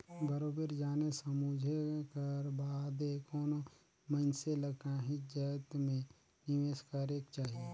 बरोबेर जाने समुझे कर बादे कोनो मइनसे ल काहींच जाएत में निवेस करेक जाही